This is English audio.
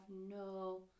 no